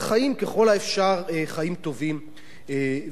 ככל האפשר חיים טובים ומלאים.